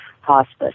hospice